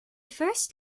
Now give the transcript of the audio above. first